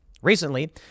Recently